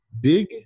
Big